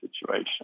situation